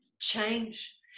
change